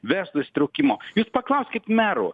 verslo įsitraukimo jūs paklauskit merų